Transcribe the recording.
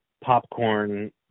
popcorn